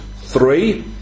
Three